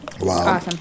Wow